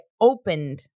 opened